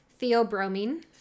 Theobromine